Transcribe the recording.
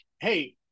hey